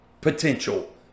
potential